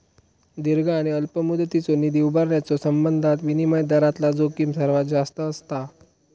दीर्घ आणि अल्प मुदतीचो निधी उभारण्याच्यो संबंधात विनिमय दरातला जोखीम सर्वात जास्त असता